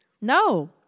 No